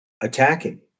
attacking